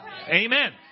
Amen